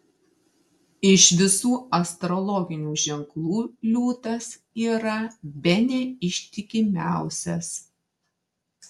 iš visų astrologinių ženklų liūtas yra bene ištikimiausias